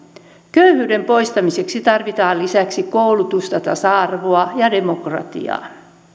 köyhyyden poistamiseksi tarvitaan lisäksi koulutusta tasa arvoa ja demokratiaa